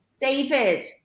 David